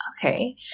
Okay